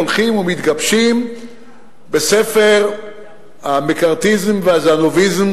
הולכים ומתגבשים בספר המקארתיזם והסנוביזם